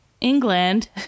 England